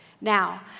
Now